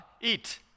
eat